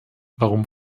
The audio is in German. warum